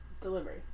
Delivery